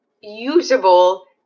usable